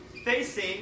facing